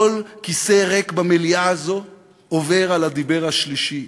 כל כיסא ריק במליאה הזאת עובר על הדיבר השלישי,